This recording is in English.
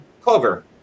clover